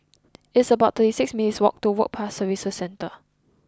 it's about thirty six minutes' walk to Work Pass Services Centre